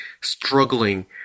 struggling